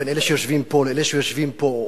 בין אלה שיושבים פה לאלה שיושבים פה,